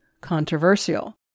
controversial